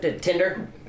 Tinder